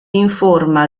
informa